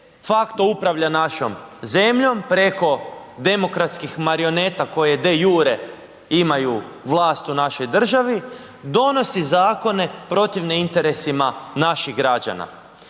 facto upravlja našom zemljom preko demokratskih marioneta koja de iure imaju vlast u našoj državi, donosi zakone protivne interesima naših građana.